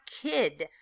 kid